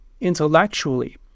intellectually